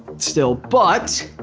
still, but